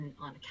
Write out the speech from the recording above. on